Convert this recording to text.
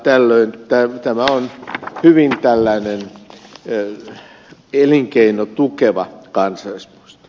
tällöin tämä on hyvin tällainen elinkeinotukeva kansallispuisto